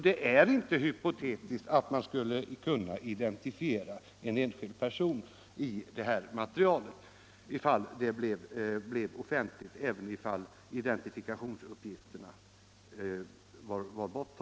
Det är inte hypotetiskt att man skulle kunna iden tifiera en enskild person i detta material när det blev offentligt, även — Nr 22 ifall identifikationsuppgifterna var borttagna.